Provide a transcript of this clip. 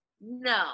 No